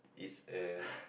is a